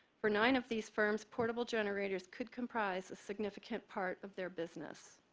for nine of these firms, portable generators could comprise a significant part of their business.